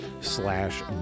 slash